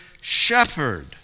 shepherd